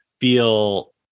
feel